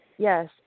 Yes